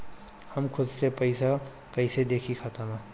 हम खुद से पइसा कईसे देखी खाता में?